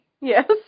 Yes